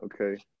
okay